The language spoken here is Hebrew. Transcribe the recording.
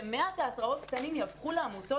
ש-100 תיאטראות קטנים יהפכו לעמותות?